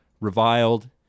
reviled